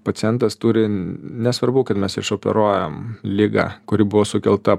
pacientas turi nesvarbu kad mes išoperuojam ligą kuri buvo sukelta